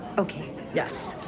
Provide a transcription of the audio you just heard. okay, yes.